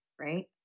right